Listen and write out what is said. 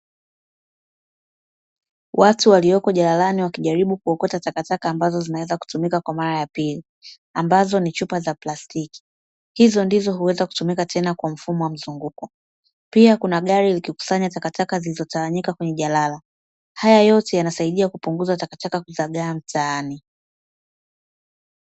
Watu walioko jalalani wakijaribu kuokota takataka ambazo zinaweza kutumika kwa mara ya pili, ambazo ni chupa za plastiki. Hizo ndizo huweza kutumika tena kwa mfumo wa mzunguko. Pia, kuna gari likikusanya takataka zilizotawanyika kwenye jalalani. Haya yote yanasaidia kupunguza takataka kuzagaa mtaani.